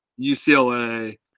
UCLA